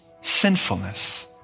sinfulness